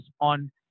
on